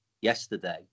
yesterday